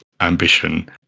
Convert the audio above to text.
ambition